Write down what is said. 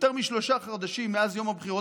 יותר משלושה חודשים מאז יום הבחירות,